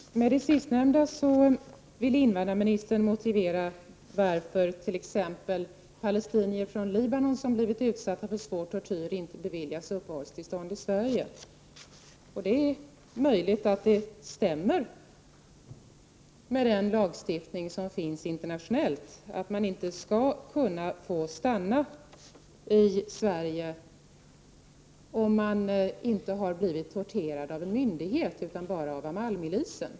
Fru talman! Med det sistnämnda ville invandrarministern motivera varför t.ex. palestinier från Libanon som blivit utsatta för svår tortyr inte beviljats uppehållstillstånd i Sverige. Det är möjligt att det stämmer med den lagstiftning som finns internationellt, att man inte skall kunna få stanna i Sverige om man inte har blivit torterad av en myndighetsperson, utan bara av Amalmilisen.